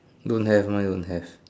don't have mine don't have